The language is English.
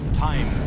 time